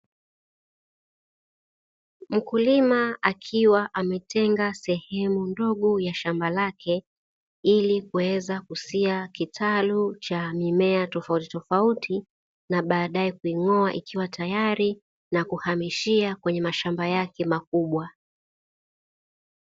Mkulima akiwa ametenga sehemu ndogo ya shamba lake, ili kuweza kusia kitalu cha mimea tofautitofauti, na baadae kuing'oa ikiwa tayari, na kuhamishia kwenye mashamba yake makubwa.